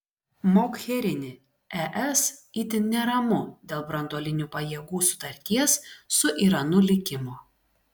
mogherini es itin neramu dėl branduolinių pajėgų sutarties su iranu likimo